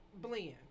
blend